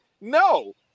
No